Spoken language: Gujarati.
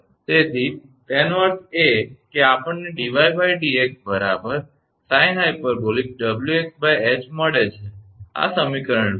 તેથી એનો અર્થ એ કે આપણને 𝑑𝑦𝑑𝑥 sinh𝑊𝑥𝐻 મળે છે આ સમીકરણ 20 છે